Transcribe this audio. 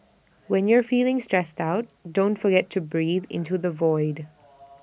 when you are feeling stressed out don't forget to breathe into the void